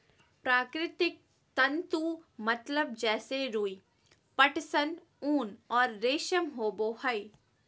प्राकृतिक तंतु मतलब जैसे रुई, पटसन, ऊन और रेशम होबो हइ